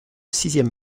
sixième